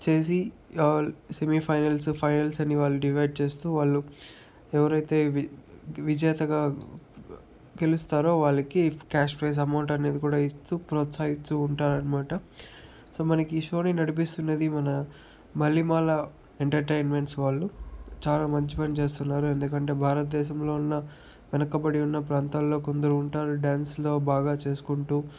చేసి all semifinals finals అని వాళ్ళు డివైడ్ చేస్తూ వాళ్ళు ఎవరైతే వి విజేతగా గెలుస్తారో వాళ్లకి క్యాష్ ప్రైజ్ అమౌంట్ అనేది కూడా ఇస్తూ ప్రోత్సహిస్తూ ఉంటారన్నమాట సో మనకి ఈ షోని నడిపిస్తున్నది మన మల్లెమాల ఎంటర్టైన్మెంట్స్ వాళ్ళు చాలా మంచి పని చేస్తున్నారు ఎందుకంటే భారతదేశంలో ఉన్న వెనకబడి ఉన్న ప్రాంతాల్లో కొందరు ఉంటారు డాన్స్లు బాగా చేసుకుంటూ